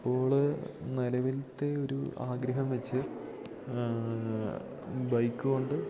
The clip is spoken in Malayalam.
ഇപ്പോള് നിലവിലത്തെ ഒരു ആഗ്രഹം വെച്ച് ബൈക്ക് കൊണ്ട്